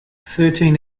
thirteen